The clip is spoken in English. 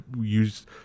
use